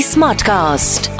Smartcast